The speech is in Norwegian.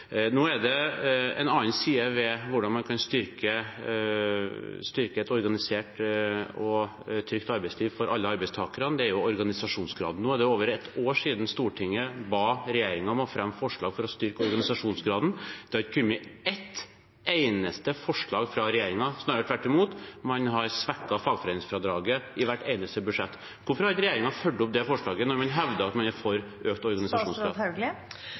En annen side ved hvordan man kan styrke et organisert og trygt arbeidsliv for alle arbeidstakere, er organisasjonsgraden. Nå er det over et år siden Stortinget ba regjeringen om å fremme forslag for å styrke organisasjonsgraden. Det har ikke kommet et eneste forslag fra regjeringen. Man har tvert imot svekket fagforeningsfradraget i hvert eneste budsjett. Hvorfor har ikke regjeringen fulgt opp det forslaget når man hevder at man er for økt